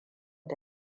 ta